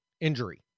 injury